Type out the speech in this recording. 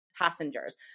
passengers